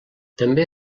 també